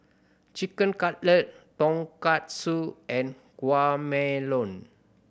Chicken Cutlet Tonkatsu and Guacamole